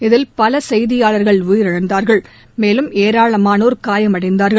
இதில் பல செய்தியாளர்கள் உயிரிழந்தார்கள் மேலும் ஏராளமானோர் காயமடைந்தார்கள்